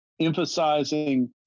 emphasizing